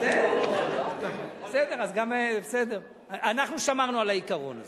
בסדר, בסדר, אנחנו שמרנו על העיקרון הזה.